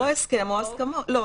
או הסכם או הסכמות לא,